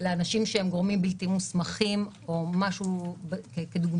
לאנשים שהם גורמים בלתי מוסמכים או משהו כדוגמתו.